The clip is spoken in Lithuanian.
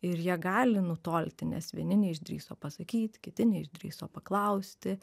ir jie gali nutolti nes vieni neišdrįso pasakyt kiti neišdrįso paklausti